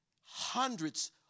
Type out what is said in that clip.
hundreds